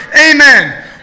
Amen